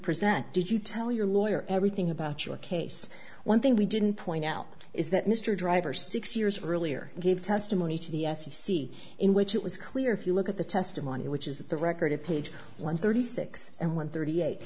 present did you tell your lawyer everything about your case one thing we didn't point out is that mr driver six years earlier gave testimony to the s e c in which it was clear if you look at the testimony which is the record of page one thirty six and one thirty eight